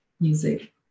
music